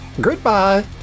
Goodbye